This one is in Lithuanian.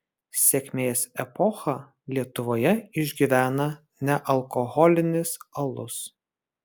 sėkmės epochą lietuvoje išgyvena nealkoholinis alus